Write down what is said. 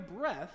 breath